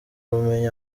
ubumenyi